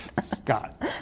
Scott